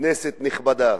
כנסת נכבדה,